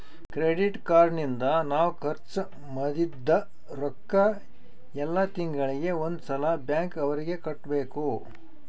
credit card ನಿಂದ ನಾವ್ ಖರ್ಚ ಮದಿದ್ದ್ ರೊಕ್ಕ ಯೆಲ್ಲ ತಿಂಗಳಿಗೆ ಒಂದ್ ಸಲ ಬ್ಯಾಂಕ್ ಅವರಿಗೆ ಕಟ್ಬೆಕು